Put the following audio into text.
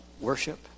worship